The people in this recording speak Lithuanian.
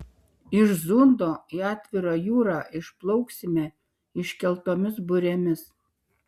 iš zundo į atvirą jūrą išplauksime iškeltomis burėmis